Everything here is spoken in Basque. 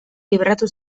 libratu